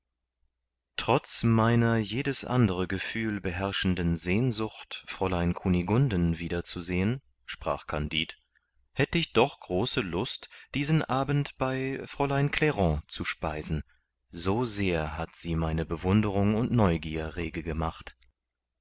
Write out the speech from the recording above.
trotz meiner jedes andere gefühl beherrschenden sehnsucht fräulein kunigunden wiederzusehen sprach kandid hätt ich doch große lust diesen abend bei fräulein clairon zu speisen so sehr hat sie meine bewunderung und neugier rege gemacht